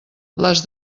les